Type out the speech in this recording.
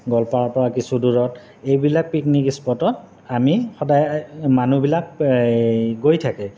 গোৱালপাৰাৰপৰা কিছু দূৰত এইবিলাক পিকনিক স্পটত আমি সদায় মানুহবিলাক এই গৈ থাকে